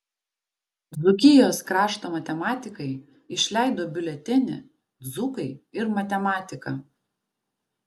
dzūkijos krašto matematikai išleido biuletenį dzūkai ir matematika